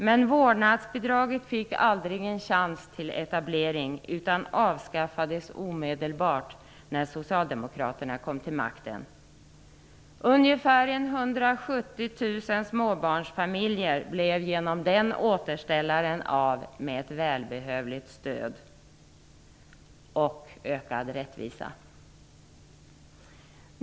Men vårdnadsbidraget fick aldrig en chans till etablering, utan det avskaffades omedelbart när socialdemokraterna kom till makten. Ca 170 000 småbarnsfamiljer blev genom den återställaren av med ett välbehövligt stöd och med en ökad rättvisa.